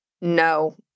no